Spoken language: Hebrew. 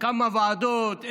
כמה ועדות,